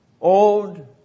old